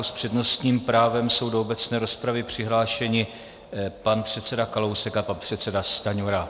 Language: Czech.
S přednostním právem jsou do obecné rozpravy přihlášeni pan předseda Kalousek a pan předseda Stanjura.